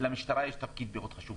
למשטרה יש תפקיד מאוד חשוב.